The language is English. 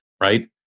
right